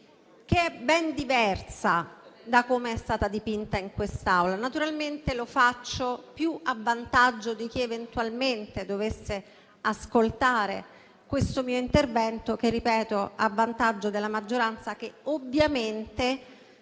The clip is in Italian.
è ben diversa da come è stata dipinta in quest'Aula. Naturalmente, lo faccio più a vantaggio di chi eventualmente dovesse ascoltare questo mio intervento che a vantaggio della maggioranza che ovviamente,